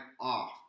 off